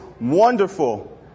wonderful